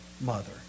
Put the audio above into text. mother